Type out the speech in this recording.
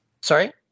Sorry